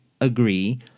agree